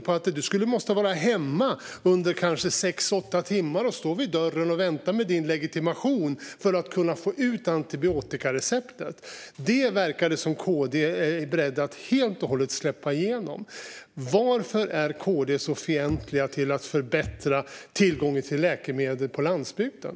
Man måste vara hemma under kanske sex åtta timmar och stå vid dörren och vänta med sin legitimation för att kunna få ut antibiotikan man har fått på recept. Det verkar KD vara beredda att släppa igenom helt och hållet. Varför är KD så fientliga till att förbättra tillgången till läkemedel på landsbygden?